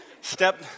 Step